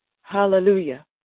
Hallelujah